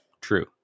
True